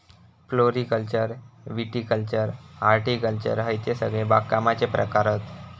floriculture viticulture horticulture हयते सगळे बागकामाचे प्रकार हत